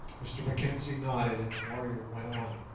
mr mackenzie nodded, and the warrior went on.